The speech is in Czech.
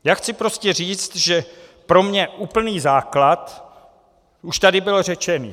Já chci prostě říct, že pro mě úplný základ už tady byl řečený.